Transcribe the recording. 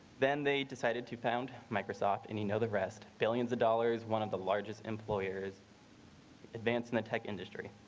then they decided to pound microsoft and you know the rest. billions of dollars. one of the largest employers advance in the tech industry.